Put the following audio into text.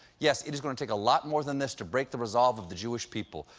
yes, it's going to take a lot more than this to break the resolve of the jewish people.